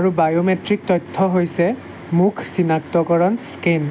আৰু বায়'মেট্ৰিক তথ্য হৈছে মুখ চিনাক্তকৰণ স্কেন